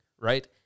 right